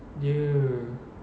dear